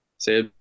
Say